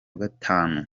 gatanu